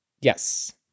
Yes